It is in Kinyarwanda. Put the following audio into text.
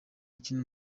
ukina